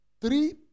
three